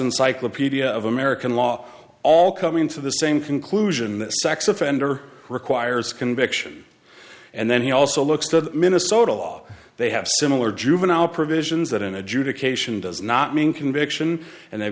encyclopedia of american law all coming to the same conclusion that sex offender requires conviction and then he also looks to the minnesota law they have similar juvenile provisions that an adjudication does not mean conviction and they've